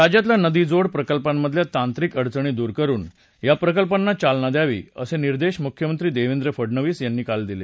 राज्यातल्या नदी जोड प्रकल्पांमधल्या तांत्रिक अडचणी दूर करुन या प्रकल्पांना चालना द्यावी असे निर्देश मुख्यमंत्री देवेंद्र फडणवीस यांनी काल दिले